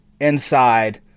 inside